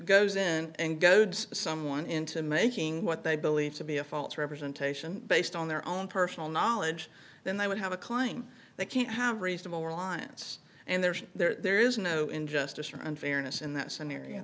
goes in and goads someone into making what they believe to be a false representation based on their own personal knowledge then they would have a claim they can't have reasonable reliance and there's there is no injustice or unfairness in that scenario